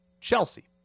Chelsea